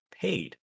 paid